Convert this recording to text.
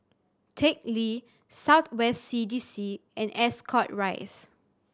Teck Lee South West C D C and Ascot Rise